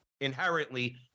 inherently